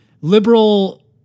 liberal